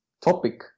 topic